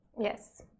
Yes